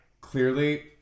clearly